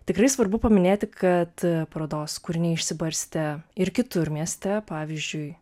tikrai svarbu paminėti kad parodos kūriniai išsibarstę ir kitur mieste pavyzdžiui